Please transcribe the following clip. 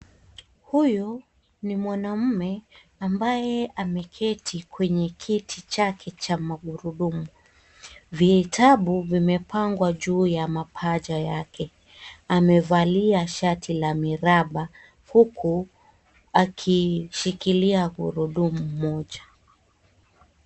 Huyu ni mwanaume ambaye ameketi kwenye kiti chake cha magurudumu. Vitabu vimepangwa juu ya mapaja yake. Amevalia shati la miraba ,huku akishikilia gurudumu moja.